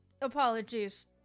Apologies